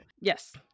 Yes